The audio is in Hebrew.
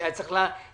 שהיה צריך לעשות,